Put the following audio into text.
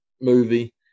movie